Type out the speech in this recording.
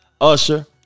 Usher